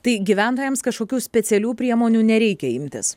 tai gyventojams kažkokių specialių priemonių nereikia imtis